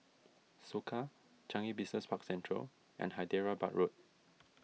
Soka Changi Business Park Central and Hyderabad Road